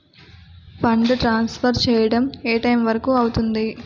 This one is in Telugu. ఫండ్ ట్రాన్సఫర్ చేయడం ఏ టైం వరుకు అవుతుంది?